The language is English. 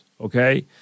okay